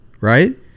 right